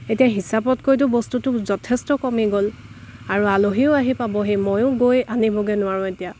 এতিয়া হিচাবতকৈতো বস্তুটো যথেষ্ট কমি গ'ল আৰু আলহীও আহি পাবহি ময়ো গৈ আনিবগৈ নোৱাৰোঁ এতিয়া